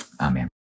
Amen